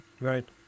Right